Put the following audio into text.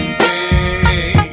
hey